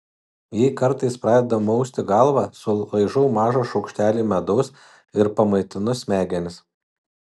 jei kartais pradeda mausti galvą sulaižau mažą šaukštelį medaus ir pamaitinu smegenis